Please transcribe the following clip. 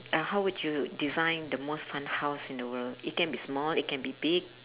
uh how would you design the most fun house in the world it can be small it can be big